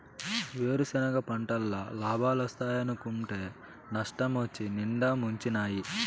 వేరుసెనగ పంటల్ల లాబాలోస్తాయనుకుంటే నష్టమొచ్చి నిండా ముంచినాయి